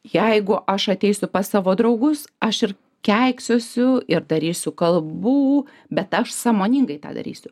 jeigu aš ateisiu pas savo draugus aš ir keiksiuosiu ir darysiu kalbu bet aš sąmoningai tą darysiu